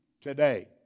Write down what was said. today